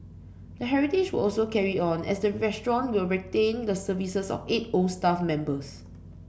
the heritage will also carry on as the restaurant will retain the services of eight old staff members